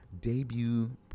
debut